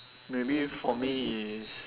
maybe for me it's